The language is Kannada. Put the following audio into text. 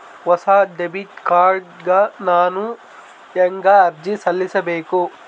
ಹೊಸ ಡೆಬಿಟ್ ಕಾರ್ಡ್ ಗ ನಾನು ಹೆಂಗ ಅರ್ಜಿ ಸಲ್ಲಿಸಬೇಕು?